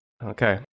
Okay